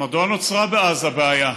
מדוע נוצרה בעזה בעיה?